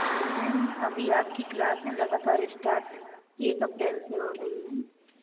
ma'am अभी आपकी क्लासें लगातार स्टार्ट एक अप्रैल से हो रही है